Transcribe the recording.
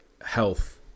health